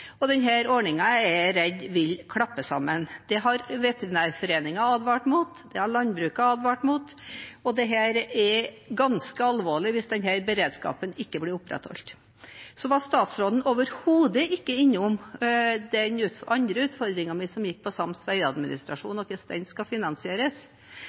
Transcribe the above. er jeg redd vil klappe sammen. Det har Veterinærforeningen advart mot, det har landbruket advart mot, og det er ganske alvorlig hvis denne beredskapen ikke blir opprettholdt. Så var statsråden overhodet ikke innom den andre utfordringen min, som gikk på sams